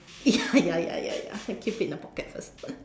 ya ya ya I keep it in the pocket first